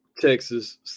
Texas